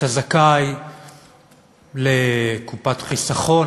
אתה זכאי לקופת חיסכון,